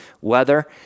weather